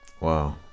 Wow